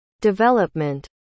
development